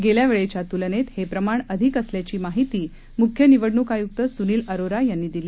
गेल्या वेळेच्या तुलनेत हे प्रमाण अधिक असल्याची माहिती मुख्य निवडणूक आयुक्त सुनील अरोरा यांनी दिली